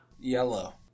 Yellow